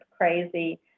crazy